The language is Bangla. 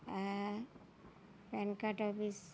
হ্যাঁ প্যান কার্ড অফিস